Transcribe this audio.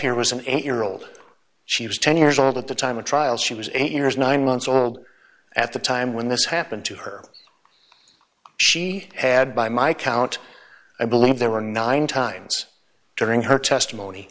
here was an eight year old she was ten years old at the time of trial she was eight years nine months old at the time when this happened to her she had by my count i believe there were nine times during her testimony